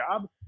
job